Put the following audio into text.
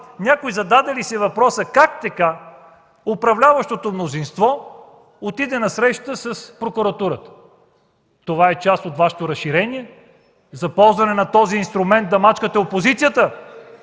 някой зададе ли си въпроса: как така управляващото мнозинство отиде на среща с прокуратурата? Това е част от Вашето разширение за ползване на този инструмент – да мачкате опозицията!